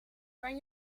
kan